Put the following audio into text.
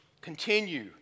continue